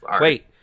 Wait